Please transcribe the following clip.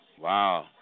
Wow